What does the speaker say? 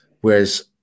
whereas